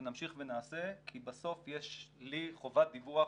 ונמשיך ונעשה כי בסוף יש לי חובת דיווח